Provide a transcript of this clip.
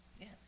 Yes